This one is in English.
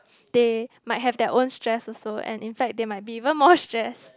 they might have their own stress also and in fact they might be even more stress